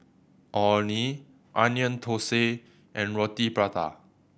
Orh Nee Onion Thosai and Roti Prata